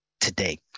today